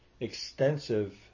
extensive